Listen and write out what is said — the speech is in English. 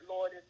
Lord